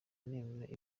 nemera